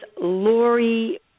Lori